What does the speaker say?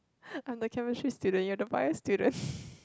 I'm the chemistry student you're the bio student